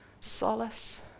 solace